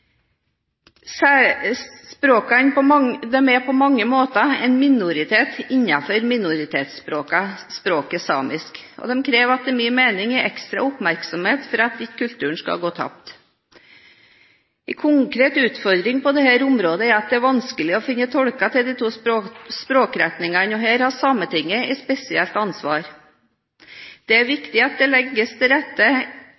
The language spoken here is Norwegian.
Språkene er på mange måter minoriteter innenfor minoritetsspråket samisk og krever etter min mening ekstra oppmerksomhet, slik at denne kulturen ikke skal gå tapt. En konkret utfordring på dette området er at det er vanskelig å finne tolker til de to språkretningene. Her har Sametinget et spesielt ansvar. Det er